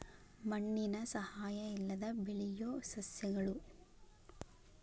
ಮಣ್ಣಿನ ಸಹಾಯಾ ಇಲ್ಲದ ಬೆಳಿಯು ಸಸ್ಯಗಳು